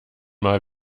mal